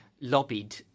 lobbied